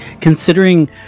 considering